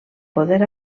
poder